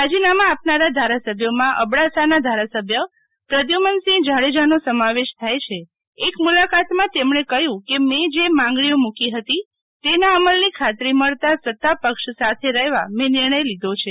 રાજીના માં આપનારા ધારાસભ્યોમાં અબડાસાનાં ધારાસભ્ય પ્રદ્યુમનસિંહ જાડેજાનો સમાવેશ થાય છે એક મુલાકાતમાં તેમણે કહ્યું કે મેં જે માંગણીઓ મૂકી હતી તેના અમલની ખાતરી મળતા સતા પક્ષ સાથે રહેવા મેં નિર્ણય લીધો છે